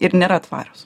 ir nėra tvarios